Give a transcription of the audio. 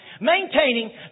Maintaining